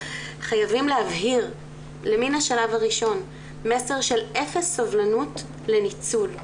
חייבים להבהיר למן השלב הראשון מסר של אפס סובלנות לניצול.